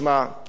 זה שאתם,